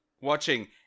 watching